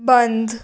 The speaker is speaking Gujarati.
બંધ